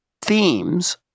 themes